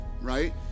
right